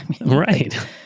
right